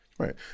Right